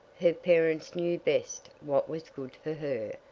her parents knew best what was good for her,